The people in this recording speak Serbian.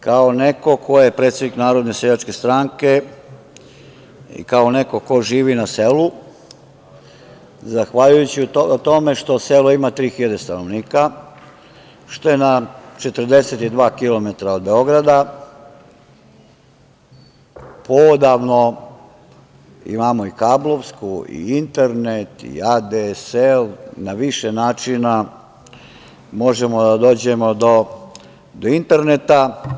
Kao neko ko je predsednik Narodne seljačke stranke i kao neko ko živi na selu, zahvaljujući tome što selo ima 3.000 stanovnika, što je na 42 kilometara od Beograda, poodavno imamo i kablovsku i internet i ADSL, na više načina možemo da dođemo do interneta.